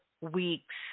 weeks